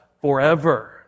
forever